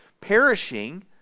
perishing